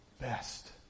best